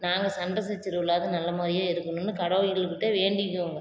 நாங்கள் சண்டை சச்சரவு இல்லாது நல்ல முறையாக இருக்குணுன்னு கடவுள்கள்கிட்ட வேண்டிக்குவேங்க